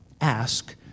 ask